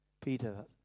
Peter